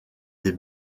des